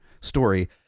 story